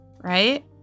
right